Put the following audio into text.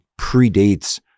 predates